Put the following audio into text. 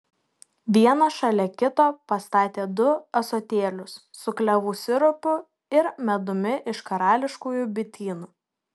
vieną šalia kito pastatė du ąsotėlius su klevų sirupu ir medumi iš karališkųjų bitynų